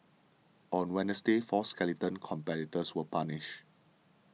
on Wednesday four skeleton competitors were punished